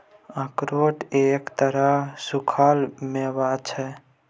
अखरोट एक तरहक सूक्खल मेवा छै